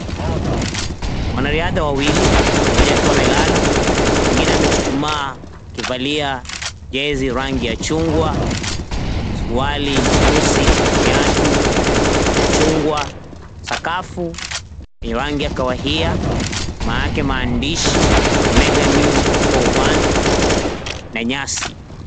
Wanariadha wawili, mmoja akiwa amelala, mwingine amechuchumaa akivalia jezi rangi ya chungwa, suruali nyeusi, viatu vya chungwa, sakafu yenye rangi ya kahawia, nyuma yake maandishi OMEGA NEW 4:1 na nyasi.